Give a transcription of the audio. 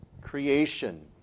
creation